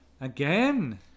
again